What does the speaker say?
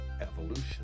evolution